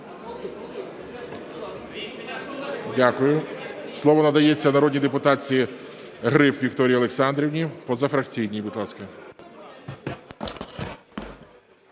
Дякую. Слово надається народній депутатці Гриб Вікторії Олександрівні,